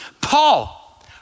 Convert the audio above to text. Paul